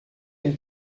une